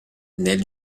nel